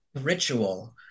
ritual